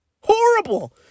Horrible